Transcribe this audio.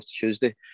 Tuesday